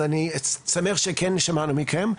אז אני שמח שכן שמענו מכם.